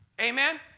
Amen